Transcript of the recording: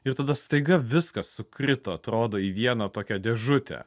ir tada staiga viskas sukrito atrodo į vieną tokią dėžutę